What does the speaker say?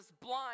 blind